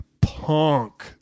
punk